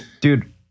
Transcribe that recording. Dude